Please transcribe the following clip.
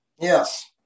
Yes